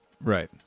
Right